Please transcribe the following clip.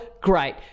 great